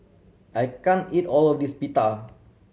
I can't eat all of this Pita